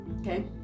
Okay